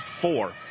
four